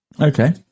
okay